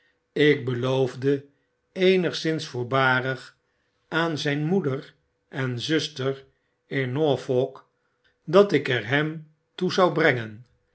ik beloofde eenigszins voorbarig aan zgn moeder en zuster in norfolk dat ik er hem toe zou brengen